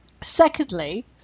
Secondly